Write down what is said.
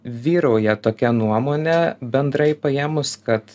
vyrauja tokia nuomonė bendrai paėmus kad